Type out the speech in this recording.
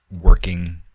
working